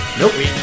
nope